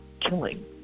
killing